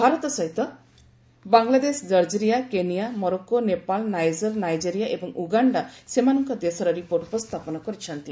ଭାରତ ସହିତ ବାଙ୍ଗଲାଦେଶ ଜର୍ଜରିଆ Kenya Morocco Nepal Niger Nigeria ଏବଂ ଉଗାଣ୍ଡା ସେମାନଙ୍କ ଦେଶର ରିପୋର୍ଟ ଉପସ୍ଥାପନ କରିଛନ୍ତି